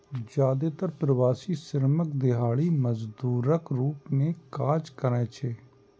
जादेतर प्रवासी श्रमिक दिहाड़ी मजदूरक रूप मे काज करै छै